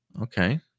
Okay